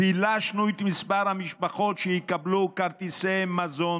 שילשנו את מספר המשפחות שיקבלו כרטיסי מזון,